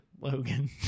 Logan